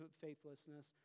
faithlessness